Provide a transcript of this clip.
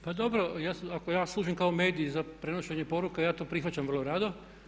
Pa dobro, ako ja služim kao medij za prenošenje poruka ja to prihvaćam vrlo rado.